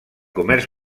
comerç